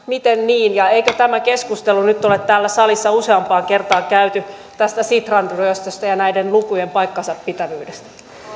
miten niin ja eikö tämä keskustelu nyt ole täällä salissa useampaan kertaan käyty tästä sitran ryöstöstä ja näiden lukujen paikkansapitävyydestä